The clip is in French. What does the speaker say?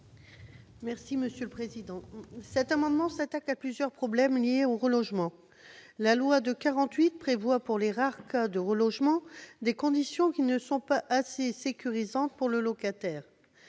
Mme Michelle Gréaume. Cet amendement s'attaque à plusieurs problèmes liés au relogement. La loi de 1948 prévoit, pour les rares cas de relogement, des conditions qui ne sont pas assez sécurisantes pour le locataire.